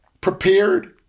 prepared